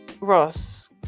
Ross